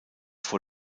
vor